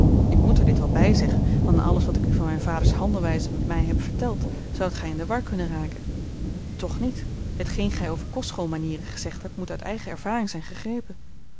ik moet er dit wel bij zeggen want na alles wat ik u van mijns vaders handelwijze met mij heb verteld zoudt gij in de war kunnen raken toch niet hetgeen gij over kostschoolmanieren gezegd hebt moet uit eigen ervaring zijn gegrepen